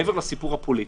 מעבר לסיפור הפוליטי.